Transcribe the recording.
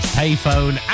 payphone